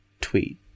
tweet